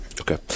Okay